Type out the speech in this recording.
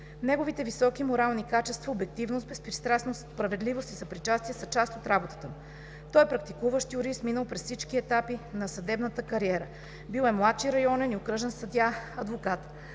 Неговите високи морални качества, обективност, безпристрастност, справедливост и съпричастие, са част от работата му. Той е практикуващ юрист, минал през всички етапи на съдебната кариера – бил е младши, районен и окръжен съдия, адвокат.